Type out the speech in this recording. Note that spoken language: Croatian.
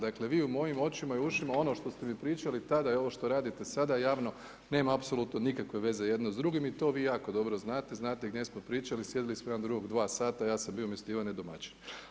Dakle, vi u mojom očima i ušima ono što ste mi pričali tada i ovo što radite sada javno nema apsolutno nikakve veze jedno s drugim i to vi jako dobro znate, znate gdje smo pričali, sjedili smo jedan do drugog dva sata, ja sam bio umjesto Ivane domaćin.